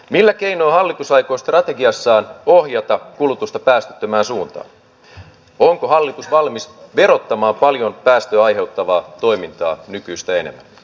millä keino hallitus aikoo strategiassaan ohjata eduskunta edellyttää että hallitus valmis verottamaan paljon päästöjä aiheuttavaa toimintaa nykyistä